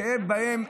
בכאב שלהן.